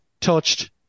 touched